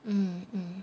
mm mm